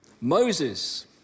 Moses